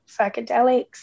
psychedelics